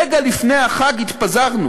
רגע לפני החג התפזרנו,